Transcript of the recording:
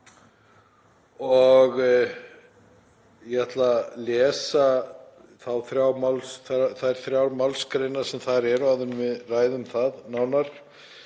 Ég ætla að lesa þær þrjár málsgreinar sem þar eru áður en við ræðum það nánar,